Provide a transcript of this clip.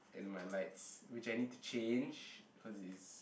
and my lights which I need to change cause it is